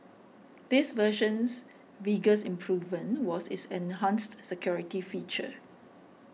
this version's biggest improvement was its enhanced security feature